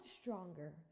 stronger